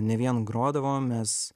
ne vien grodavom mes